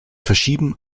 verschieben